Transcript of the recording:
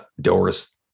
Doris